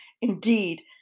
Indeed